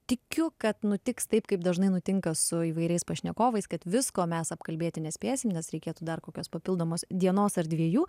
tikiu kad nutiks taip kaip dažnai nutinka su įvairiais pašnekovais kad visko mes apkalbėti nespėsim nes reikėtų dar kokios papildomos dienos ar dviejų